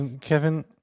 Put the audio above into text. Kevin